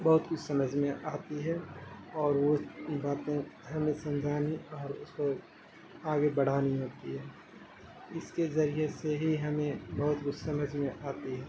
بہت کچھ سمجھ میں آتی ہے اور وہ باتیں ہمیں سمجھانے اور اس کو آگے بڑھانی ہوتی ہے اس کے ذریعے سے ہی ہمیں بہت کچھ سمجھ میں آتی ہے